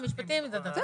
המשפטים ובט"פ.